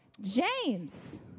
James